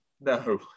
No